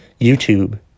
YouTube